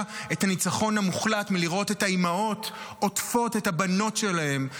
את הניצחון המוחלט מלראות את האימהות עוטפות את הבנות שלהן,